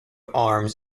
arms